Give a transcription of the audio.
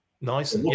Nice